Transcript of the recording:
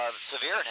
severe